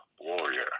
warrior